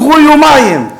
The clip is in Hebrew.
קחו יומיים.